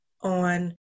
on